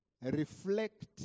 Reflect